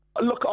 Look